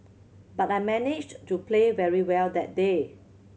but I managed to play very well that day